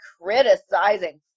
criticizing